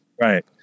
Right